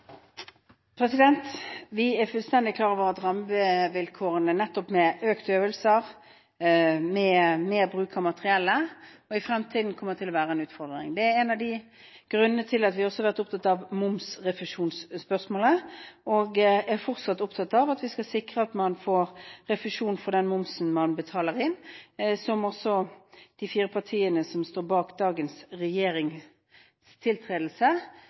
fullstendig klar over at rammevilkårene – med økte øvelser, med mer bruk av materiellet – kommer til å være en utfordring i fremtiden. Det er en av grunnene til at vi har vært opptatt av momsrefusjonsspørsmålet. Vi er fremdeles opptatt av at man skal sikre at man får refusjon for den momsen man betaler inn, som også de fire partiene som står bak dagens regjerings tiltredelse,